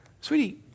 Sweetie